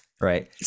right